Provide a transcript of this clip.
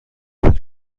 فکر